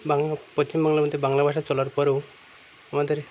বাংলা পশ্চিমবাংলায় মধ্যে বাংলা ভাষা চলার পরেও আমাদের